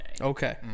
Okay